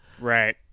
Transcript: right